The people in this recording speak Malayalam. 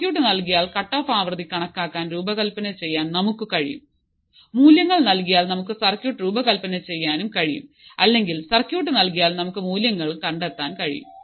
സർക്യൂട്ട് നൽകിയാൽ കട്ട്ഓഫ് ആവൃത്തി കണക്കാക്കാൻ രൂപകൽപ്പന ചെയ്യാൻ നമുക്ക് കഴിയും മൂല്യങ്ങൾ നൽകിയാൽ നമുക്ക് സർക്യൂട്ട് രൂപകൽപ്പന ചെയ്യാൻ കഴിയും അല്ലെങ്കിൽ സർക്യൂട്ട് നൽകിയാൽ നമുക്ക് മൂല്യങ്ങൾ കണ്ടെത്താൻ കഴിയും